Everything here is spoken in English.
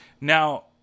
Now